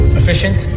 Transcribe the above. ...efficient